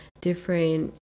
different